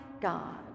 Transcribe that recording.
God